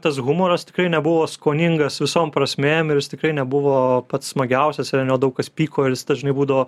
tas humoras tikrai nebuvo skoningas visom prasmėm ir jis tikrai nebuvo pats smagiausias ir ant jo daug kas pyko ir jis dažnai būdavo